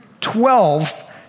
Twelve